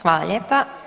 Hvala lijepa.